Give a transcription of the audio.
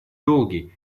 долгий